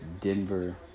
Denver